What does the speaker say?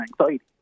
anxiety